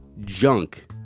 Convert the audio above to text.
junk